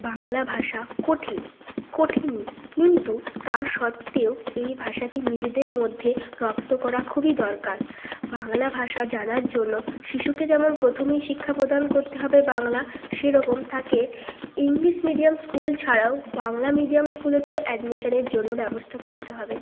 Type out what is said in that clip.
বাংলা ভাষা কঠিন কঠিন কিন্তু তার সত্বেও এই ভাষাকে নিজেদের মধ্যে রপ্ত করা খুবই দরকার বাংলা ভাষা জানার জন্য শিশুকে যেমন প্রথমেই শিক্ষা প্রদান করতে হবে বাংলা সেরকম তাকে ইংলিশ মিডিয়াম স্কুল ছাড়াও বাংলা মিডিয়াম স্কুলেতেও অ্যাডমিশনের জন্য ব্যবস্থা করতে হবে